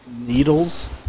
Needles